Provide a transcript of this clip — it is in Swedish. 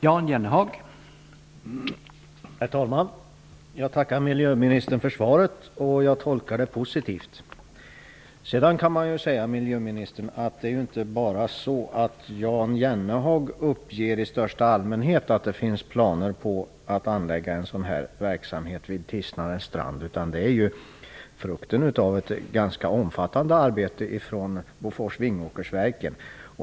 Herr talman! Jag tackar miljöministern för svaret, och jag tolkar det positivt. Men, miljöministern, det är ju inte bara Jan Jennehag som i största allmänhet uppger att det finns planer på att anlägga en sådan här verksamhet vid Tisnarens strand, utan detta är ju frukten av ett ganska omfattande arbete inom Bofors Vingåkersverken.